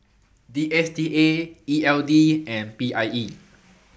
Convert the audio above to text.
D S T A E L D and P I E